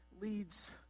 leads